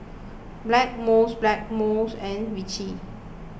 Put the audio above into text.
Blackmores Blackmores and Vichy